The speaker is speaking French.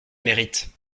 mérite